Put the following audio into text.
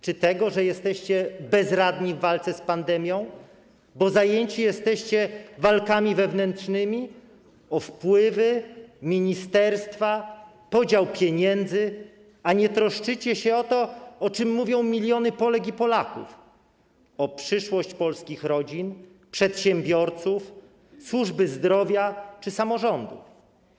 Czy tego, że jesteście bezradni w walce z pandemią, bo jesteście zajęci walkami wewnętrznymi: o wpływy, ministerstwa, podział pieniędzy, a nie troszczycie się o to, o czym mówią miliony Polek i Polaków, czyli o przyszłość polskich rodzin, przedsiębiorców, służby zdrowia czy samorządów?